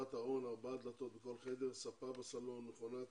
הוספת ארון ארבע דלתות בכל חדר, ספה בסלון, מכונת